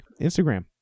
Instagram